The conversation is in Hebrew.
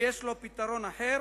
ויש לו פתרון אחר,